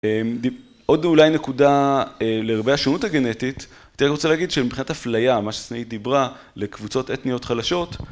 עוד אולי נקודה לגבי השונות הגנטית, אני רוצה להגיד שמבחינת הפליה, מה שסנאית דיברה לקבוצות אתניות חלשות